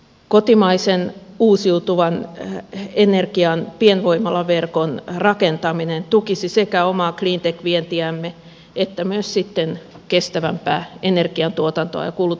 kotimaisen uusiutuvan energian pienvoimalaverkon rakentaminen tukisi sekä omaa cleantech vientiämme että kestävämpää energiantuotantoa ja kulutusta täällä